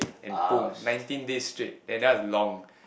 and boom nineteen days straight and that one is long